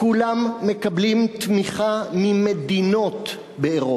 כולם מקבלים תמיכה ממדינות באירופה.